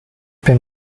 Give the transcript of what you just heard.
bin